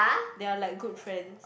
they are like good friends